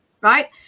right